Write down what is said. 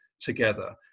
together